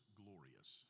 glorious